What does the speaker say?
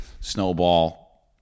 Snowball